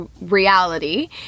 reality